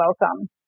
welcome